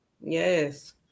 Yes